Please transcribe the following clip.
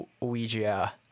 Ouija